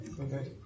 Okay